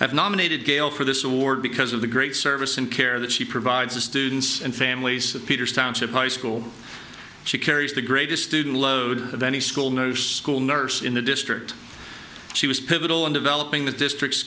have nominated gale for this award because of the great service and care that she provides to students and families of peters township high school she carries the greatest student load of any school school nurse in the district she was pivotal in developing the district